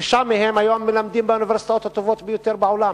היום שישה מהם מלמדים באוניברסיטאות הטובות ביותר בעולם,